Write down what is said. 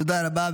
תודה רבה.